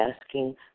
asking